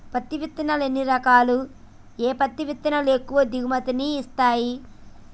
పత్తి విత్తనాలు ఎన్ని రకాలు, ఏ పత్తి విత్తనాలు ఎక్కువ దిగుమతి ని ఇస్తాయి?